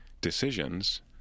decisions